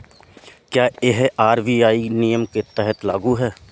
क्या यह आर.बी.आई के नियम के तहत लागू है?